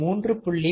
23